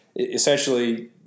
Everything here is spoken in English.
essentially